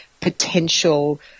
potential